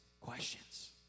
questions